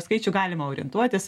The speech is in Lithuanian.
skaičių galima orientuotis